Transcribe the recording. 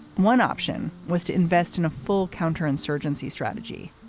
one option was to invest in a full counterinsurgency strategy.